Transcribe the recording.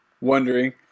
wondering